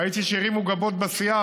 ראיתי שהרימו גבות בסיעה,